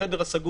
בחדר הסגור